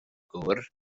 gŵr